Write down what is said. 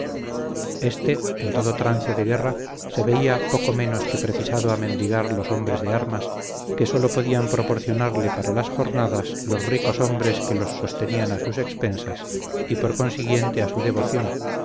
éste en todo trance de guerra se veía poco menos que precisado a mendigar los hombres de armas que sólo podían proporcionarle para las jornadas los ricoshombres que los sostenían a sus expensas y por consiguiente a su devoción